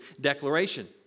declaration